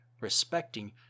respecting